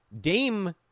Dame